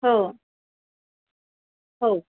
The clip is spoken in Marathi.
हो हो